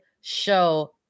show